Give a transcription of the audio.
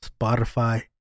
Spotify